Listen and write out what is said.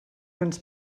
ens